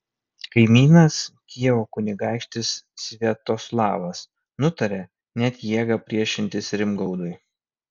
kaimynas kijevo kunigaikštis sviatoslavas nutarė net jėga priešintis rimgaudui